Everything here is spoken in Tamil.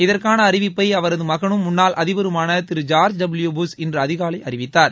இதற்கான அறிவிப்பை அவரது மகனும் முன்னாள் அதிபருமான திரு ஜார்ஜ் டபுள்யு புஷ் இன்று அதிகாலை அறிவித்தார்